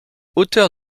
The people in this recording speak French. hauteur